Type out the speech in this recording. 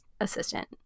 assistant